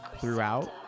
throughout